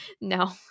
No